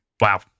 Wow